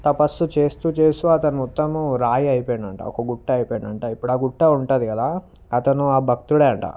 తపస్సు చేస్తూ చేస్తూ అతను మొత్తము రాయి అయిపొయిండంట ఒక గుట్ట అయిపొయిండంట ఇప్పుడు ఆ గుట్ట ఉంటుంది కదా అతను ఆ భక్తుడే అట